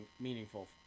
meaningful